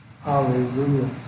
Hallelujah